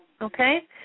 Okay